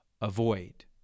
avoid